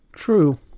true.